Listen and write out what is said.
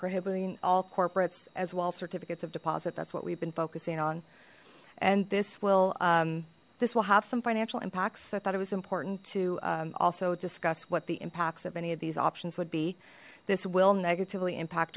prohibiting all corporates as well certificates of deposit that's what we've been focusing on and this will this will have some financial impacts i thought it was important to also discuss what the impacts of any of these options would be this will negatively impact